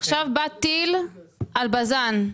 עכשיו בא טיל על בז"ן.